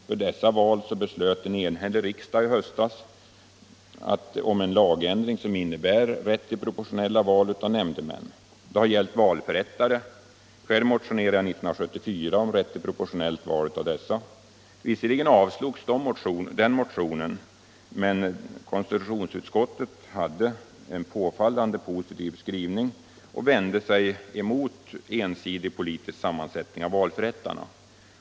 För dessa val beslöt en enhällig riksdag i höstas om en lagändring som innebär rätt till proportionella val av nämndemän. Det har vidare gällt valförrättare. Själv motionerade jag 1974 om rätt till proportionella val av dessa. Visserligen avslogs den motionen men konstitutionsutskottet hade en påfallande positiv skrivning och vände sig emot ensidig politisk sammanslutning av valförrättarna.